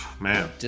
Man